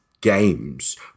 games